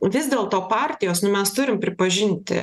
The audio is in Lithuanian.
vis dėlto partijos nu mes turim pripažinti